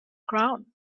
ground